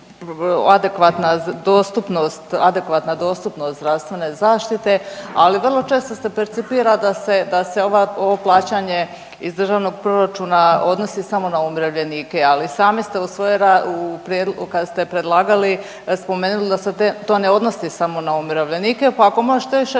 adekvatna dostupnost zdravstvene zaštite, ali vrlo često se percipira da se ovo plaćanje iz državnog proračuna odnosi samo na umirovljenike. Ali sami ste kada ste predlagali spomenuli da se to ne odnosi samo na umirovljenike, pa ako možete još